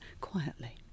quietly